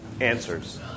answers